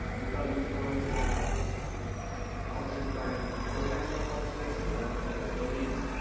we thought it was important to have a policy regarding the programming of public spaces around federal buildings,